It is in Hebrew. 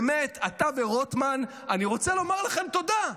באמת, אתה ורוטמן, אני רוצה לומר לכם תודה,